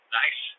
nice